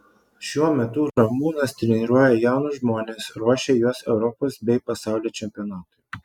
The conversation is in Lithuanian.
šiuo metu ramūnas treniruoja jaunus žmones ruošia juos europos bei pasaulio čempionatui